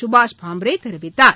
சுபாஷ் பாம்ரே தெரிவித்தார்